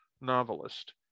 novelist